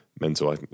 mental